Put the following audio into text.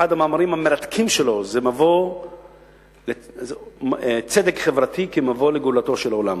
אחד המאמרים המרתקים שלו הוא על צדק חברתי כמבוא לגאולתו של עולם.